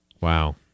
Wow